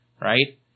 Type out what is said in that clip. right